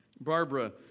Barbara